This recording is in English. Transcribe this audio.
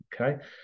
Okay